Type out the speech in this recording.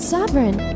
Sovereign